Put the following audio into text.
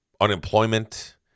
unemployment